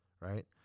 right